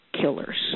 killers